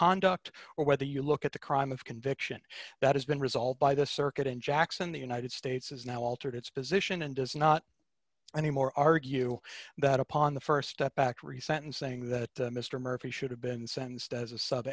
conduct or whether you look at the crime of conviction that has been resolved by the circuit in jackson the united states is now altered its position and does not anymore argue that upon the st step back resentencing that mister murphy should have been sentenced as a sub